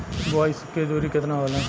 बुआई के दूरी केतना होला?